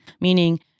meaning